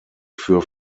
für